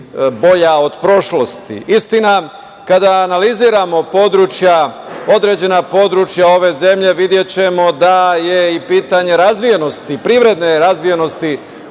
bolja od prošlosti. Istina, kada analiziramo područja, određena područja ove zemlje, videćemo da je i pitanje razvijenosti, privredne razvijenosti